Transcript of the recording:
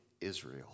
Israel